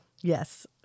Yes